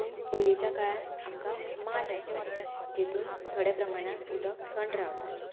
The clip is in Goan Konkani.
पूण पयलींच्या काळांत आमकां माठ आसताले जेतून थोड्या प्रमाणान उदक थंड रावतालें